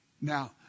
Now